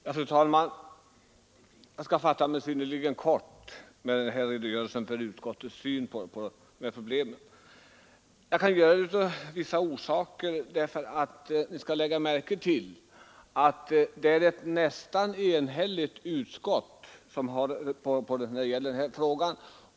Fru talman! Jag skall fatta mig synnerligen kort i min redogörelse för utskottets syn på dessa problem. Vi skall nämligen lägga märke till att utskottet är nästan enhälligt när det gäller den här frågan.